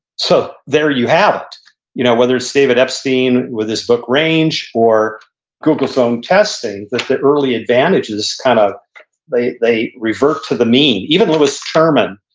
so there you have it. you know whether it's david epstein with this book range or google's own testing, that the early advantages, kind of they they revert to the mean even lewis terman,